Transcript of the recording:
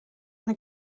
maar